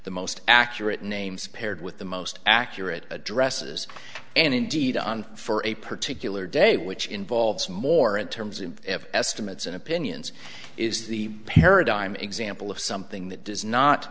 the most accurate names paired with the most accurate addresses and indeed on for a particular date which involves more in terms of estimates and opinions is the paradigm example of something that does not